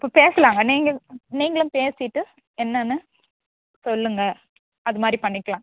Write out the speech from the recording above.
அப்போ பேசுலாங்க நீங்கள் நீங்களும் பேசிவிட்டு என்னென்னு சொல்லுங்க அதுமாதிரி பண்ணிக்கலாம்